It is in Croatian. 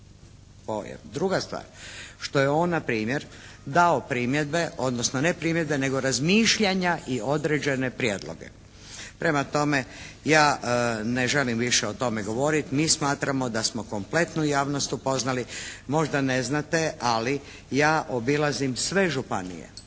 Druga stvar što je on npr. dao primjedbe, odnosno ne primjedbe, nego razmišljanja i određene prijedloge. Prema tome ja ne želim više o tome govoriti. Mi smatramo da smo kompletnu javnost upoznali. Možda ne znate, ali ja obilazim sve županije